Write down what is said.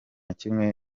kimwe